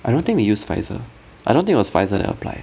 I don't think we use pfizer I don't think it was pfizer that apply